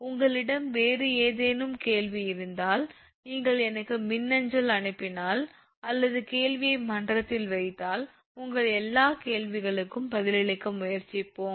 உங்களிடம் வேறு ஏதேனும் கேள்வி இருந்தால் நீங்கள் எனக்கு மின்னஞ்சல் அனுப்பினால் அல்லது கேள்வியை மன்றத்தில் வைத்தால் உங்கள் எல்லா கேள்விகளுக்கும் பதிலளிக்க முயற்சிப்போம்